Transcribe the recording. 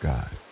God